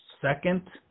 second